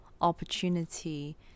opportunity